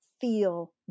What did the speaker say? feel